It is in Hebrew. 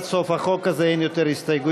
עד סוף החוק הזה אין יותר הסתייגויות,